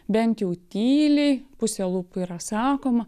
bent jau tyliai puse lūpų yra sakoma